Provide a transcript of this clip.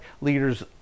leaders